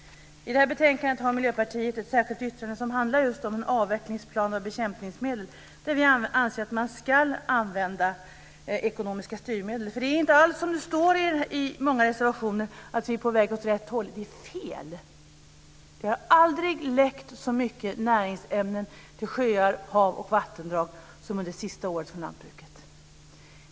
I det här betänkandet har Miljöpartiet ett särskilt yttrande som just handlar om en avvecklingsplan för bekämpningsmedel. Vi anser att man ska använda ekonomiska styrmedel. Det är inte alls som det står i många reservationer, att vi är på väg åt rätt håll. Det är fel. Det har aldrig läckt så mycket näringsämnen till sjöar, hav och vattendrag som under det senaste året.